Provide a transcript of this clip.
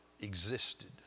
existed